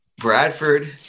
Bradford